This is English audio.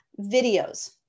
videos